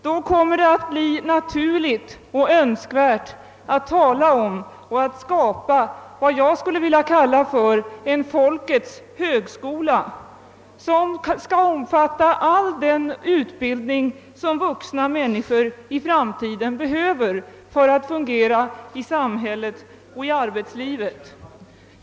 Då kommer det att bli naturligt och önskvärt att tala om och att skapa vad jag skulle vilja kalla för en folkets högskola, som omfattar all den utbildning som vuxna människor i framtiden behöver för att kunna fungera i samhället och i arbetslivet.